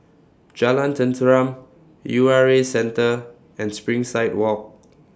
Jalan Tenteram U R A Centre and Springside Walk